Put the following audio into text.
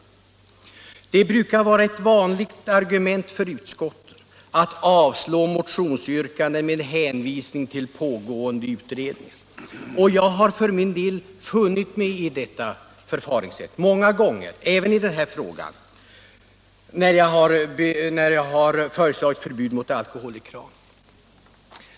Det är ett vanligt argument i utskotten att avstyrka motionsyrkanden med hänvisning till pågående utredning. Jag har för min del funnit mig i detta förfaringssätt många gånger, även när jag har motionerat i fråga om alkoholreklamen.